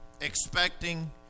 expecting